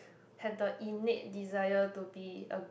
have the innate desire to be a